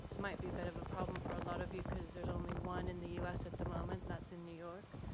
might be a bit of a problem for a lot of you cuz there's only one in the us at the moment and that's in new york.